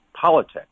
politics